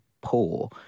poor